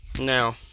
Now